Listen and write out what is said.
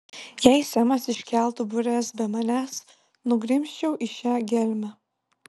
jei semas iškeltų bures be manęs nugrimzčiau į šią gelmę